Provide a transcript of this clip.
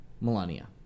Melania